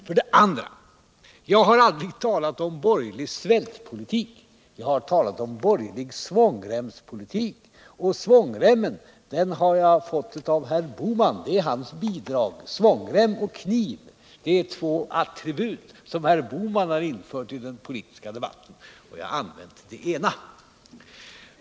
För det andra: Jag har aldrig talat om borgerlig svältpolitik. Jag har talat om borgerlig svångremspolitik. Och svångremmen har jag fått av Gösta Bohman — den är hans bidrag. Svångrem och kniv är två attribut som Gösta Bohman har infört i den politiska debatten, och jag har använt det ena.